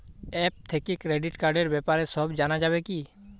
App থেকে credit কার্ডর ব্যাপারে সব জানা যাবে কি?